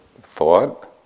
thought